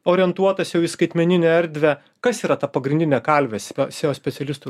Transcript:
orientuotas jau į skaitmeninę erdvę kas yra ta pagrindinė kalvė se seo specialistų